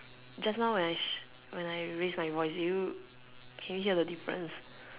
just now when I shh when I raise my voice did you can you hear the difference